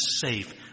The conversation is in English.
safe